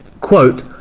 quote